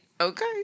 Okay